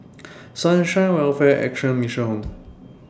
Sunshine Welfare Action Mission Home